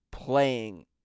Playing